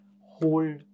hold